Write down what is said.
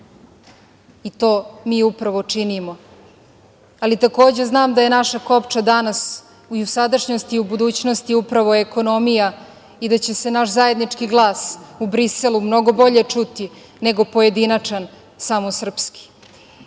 i to mi upravo činimo. Takođe znam da je naša kopča danas u sadašnjosti i u budućnosti upravo ekonomija i da će se naš zajednički glas u Briselu mnogo bolje čuti, nego pojedinačan samo srpski. Zato